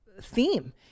theme